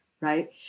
right